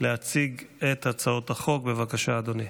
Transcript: בבקשה, אדוני.